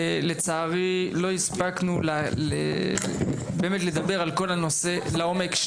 לצערי, לא הספקנו לדבר על כל הנושא לעומק.